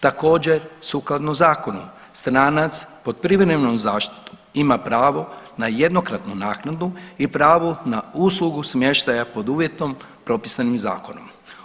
Također sukladno zakonu stranac pod privremenom zaštitom ima pravo na jednokratnu naknadu i pravo na uslugu smještaja pod uvjetom propisanim zakonom.